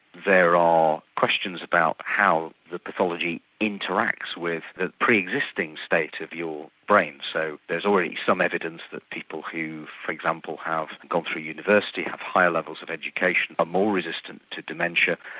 there are questions about how the pathology interacts with the pre-existing state of your brain, so there's already some evidence that people who, for example, have gone through university, have higher levels of education, are more resistant to dementia.